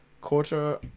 quarter